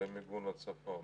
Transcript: למיגון הצפון.